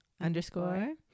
underscore